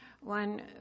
One